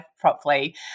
properly